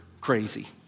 crazy